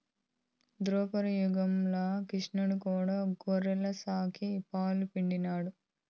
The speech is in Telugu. దోపర యుగంల క్రిష్ణుడు కూడా గోవుల సాకి, పాలు పిండినాడు